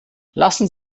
lassen